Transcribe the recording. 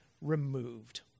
removed